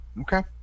Okay